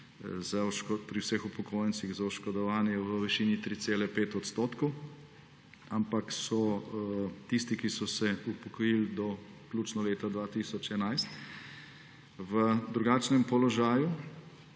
pri vseh upokojencih za oškodovanje v višini 3,5 %, ampak so tisti, ki so se upokojili do vključno leta 2011, v drugačnem položaju